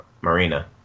Marina